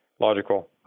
logical